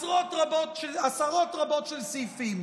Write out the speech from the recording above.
עשרות רבות של סעיפים.